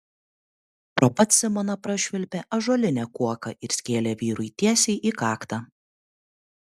pro pat simoną prašvilpė ąžuolinė kuoka ir skėlė vyrui tiesiai į kaktą